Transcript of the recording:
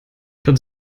dort